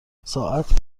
ساعت